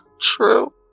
true